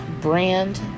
brand